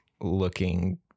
looking